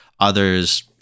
Others